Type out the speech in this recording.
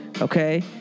Okay